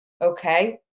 okay